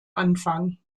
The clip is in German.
anfang